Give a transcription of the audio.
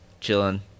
chilling